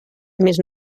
mes